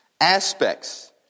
aspects